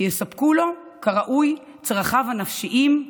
כי יסופקו לו כראוי צרכיו הנפשיים,